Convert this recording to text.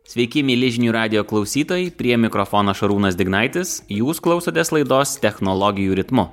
sveiki mieli žinių radijo klausytojai prie mikrofono šarūnas dignaitis jūs klausotės laidos technologijų ritmu